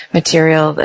material